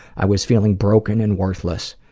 i was feeling broken and worthless,